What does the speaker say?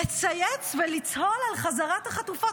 לצייץ ולצהול על חזרת החטופות?